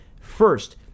First